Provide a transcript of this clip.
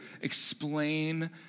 explain